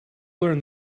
learn